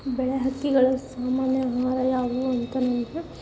ಬೆಳೆಹಕ್ಕಿಗಳ ಸಾಮಾನ್ಯ ಆಹಾರ ಯಾವುದು ಅಂತ ಅಂದರೆ